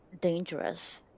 dangerous